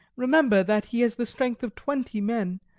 remember that he has the strength of twenty men,